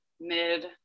mid